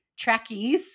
trackies